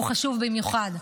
הוא חשוב במיוחד.